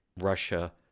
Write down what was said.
Russia